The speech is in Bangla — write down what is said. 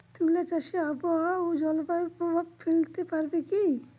তুলা চাষে আবহাওয়া ও জলবায়ু প্রভাব ফেলতে পারে কি?